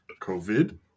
COVID